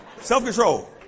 self-control